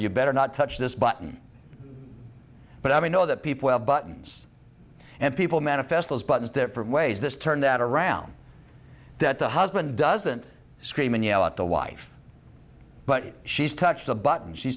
you better not touch this button but i know that people have buttons and people manifest those buttons different ways this turn that around that the husband doesn't scream and yell at the wife but she's touched a button